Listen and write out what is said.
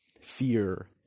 Fear